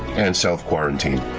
and self-quarantine.